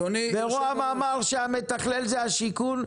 וראש הממשלה אמר שהמתכלל זה השיכון,